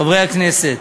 חברי הכנסת,